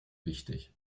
wichtig